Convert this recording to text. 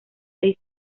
seis